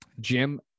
Jim